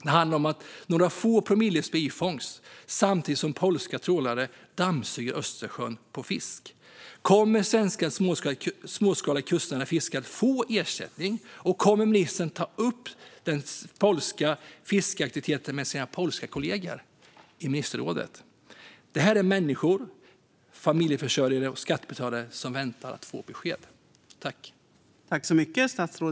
Det handlar om några få promilles bifångst samtidigt som polska trålare dammsuger Östersjön på fisk. Kommer det svenska småskaliga kustnära fisket att få ersättning? Kommer ministern att ta upp den polska fiskeaktiviteten med sina polska kollegor i ministerrådet? Familjeförsörjare och skattebetalare - människor - väntar på besked.